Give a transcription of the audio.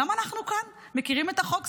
גם אנחנו כאן מכירים את החוק,